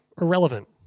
Irrelevant